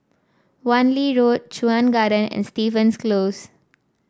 Wan Lee Road Chuan Garden and Stevens Close